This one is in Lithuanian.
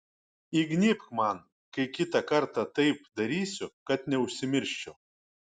įgnybk man kai kitą kartą taip darysiu kad neužsimirščiau